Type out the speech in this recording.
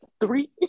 three